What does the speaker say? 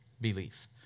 belief